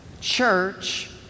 church